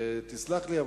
תסלח לי,